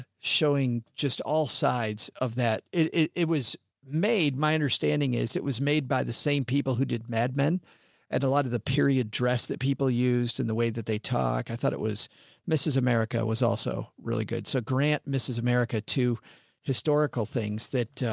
showing just all sides of that. it, it, it was. made my understanding is it was made by the same people who did mad men and a lot of the period dress that people used and the way that they talk, i thought it was mrs. america was also really good. so grant mrs. america, two historical things that,